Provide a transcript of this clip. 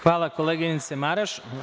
Hvala, koleginice Maraš.